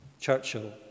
Churchill